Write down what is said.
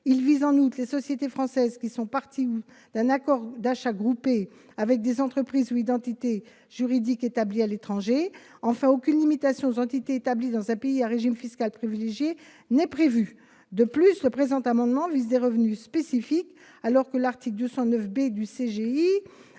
il vise les sociétés françaises parties à un ou à des accords d'achats groupés avec des entreprises ou entités juridiques établies à l'étranger. Enfin, aucune limitation aux entités établies dans un pays à régime fiscal privilégié n'est prévue. De plus, les dispositions de cet amendement visent des revenus spécifiques, alors que l'article 209 B